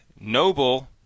noble